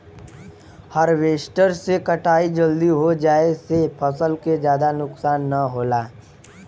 harvester से कटाई जल्दी हो जाये से फसल के जादा नुकसान न होला